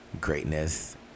greatness